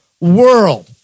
world